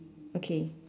okay